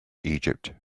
egypt